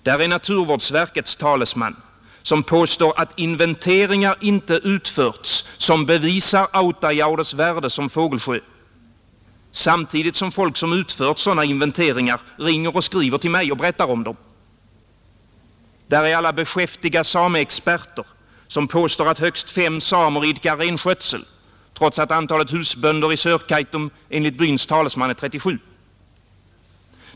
Där är naturvårdsverkets talesman som påstår att inventeringar inte utförts som bevisar Autajaures värde som fågelsjö — samtidigt som folk som utfört sådana inventeringar ringer och skriver till mig och berättar om dem, Där är alla beskäftiga sameexperter som påstår att högst fem samer idkar renskötsel, trots att antalet husbönder i Sörkaitum enligt byns talesman är 37.